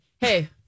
Hey